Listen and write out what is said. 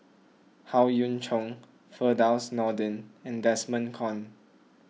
Howe Yoon Chong Firdaus Nordin and Desmond Kon